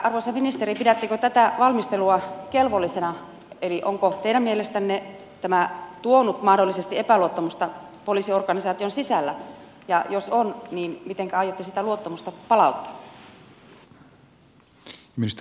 arvoisa ministeri pidättekö tätä valmistelua kelvollisena eli onko teidän mielestänne tämä tuonut mahdollisesti epäluottamusta poliisiorganisaation sisällä ja jos on niin mitenkä aiotte sitä luottamusta palauttaa